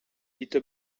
lite